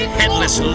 headless